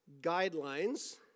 guidelines